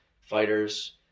fighters